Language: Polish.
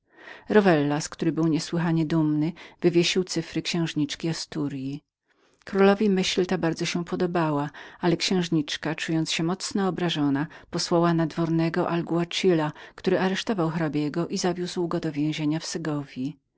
rowellas który był niesłychanie dumny wywiesił cyfry księżniczki asturyi królowi myśl ta bardzo się podobała ale księżniczka czując się mocno obrażoną posłała nadwornego alguazila który aresztował hrabiego i zawiózł go do więzienia w segowji